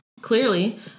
Clearly